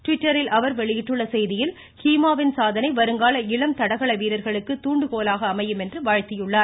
ட்விட்டரில் அவர் வெளியிட்ட செய்தியில் ஹீமாவின் சாதனை வருங்கால இளம் தடகள வீரர்களுக்கு தூண்டுகோலாக அமையும் என்றும் வாழ்த்தியுள்ளார்